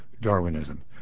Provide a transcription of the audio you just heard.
Darwinism